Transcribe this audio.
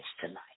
tonight